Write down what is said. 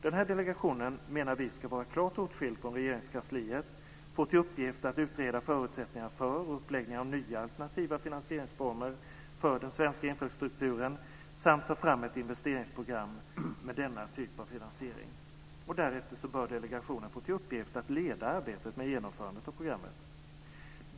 Den delegationen, menar vi, ska vara klart åtskild från Regeringskansliet, få till uppgift att utreda förutsättningar för och uppläggning av nya alternativa finansieringsformer för den svenska infrastrukturen, samt ta fram ett investeringsprogram med denna typ av finansiering. Därefter bör delegationen få till uppgift att leda arbetet med genomförandet av programmet.